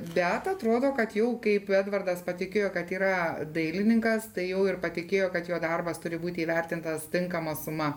bet atrodo kad jau kaip edvardas patikėjo kad yra dailininkas tai jau ir patikėjo kad jo darbas turi būti įvertintas tinkama suma